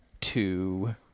two